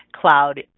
cloud